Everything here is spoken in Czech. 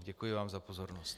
Děkuji vám za pozornost.